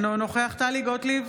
אינו נוכח טלי גוטליב,